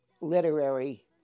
literary